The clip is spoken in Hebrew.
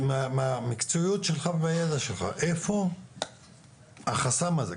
מהמקצועיות שלך והידע שלך איפה החסם הזה?